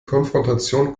konfrontation